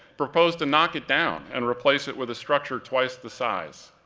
proposed to knock it down and replace it with a structure twice the size.